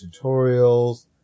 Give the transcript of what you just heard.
tutorials